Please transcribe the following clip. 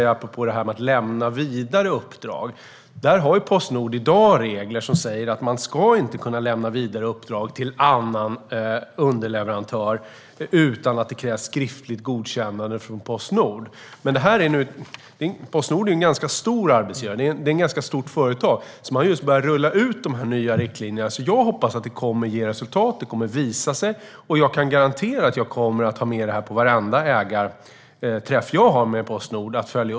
Apropå detta med att lämna vidare uppdrag har Postnord i dag regler som säger att man inte ska kunna göra det till annan underleverantör utan att det krävs ett skriftligt godkännande från Postnord. Postnord är ett stort företag och en stor arbetsgivare, och man har just börjat att rulla ut de nya riktlinjerna. Jag hoppas att det kommer att ge resultat, och jag kan garantera att jag kommer att ta upp detta på varenda ägarträff som jag har med Postnord.